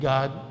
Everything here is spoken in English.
God